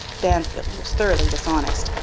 bannfield was thoroughly dishonest,